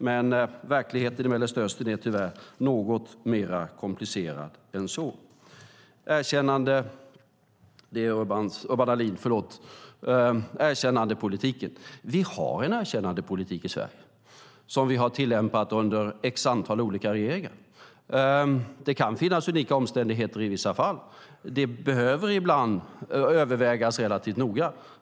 Men verkligheten i Mellanöstern är tyvärr något mer komplicerad än så. Erkännandepolitiken: Vi har en erkännandepolitik i Sverige som vi har tillämpat under ett antal olika regeringar. Det kan finnas unika omständigheter i vissa fall. Det behöver ibland övervägas relativt noga.